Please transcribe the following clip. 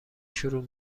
شروع